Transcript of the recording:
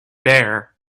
bear